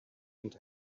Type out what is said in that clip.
and